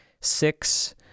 six